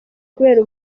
kubera